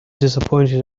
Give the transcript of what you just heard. disappointed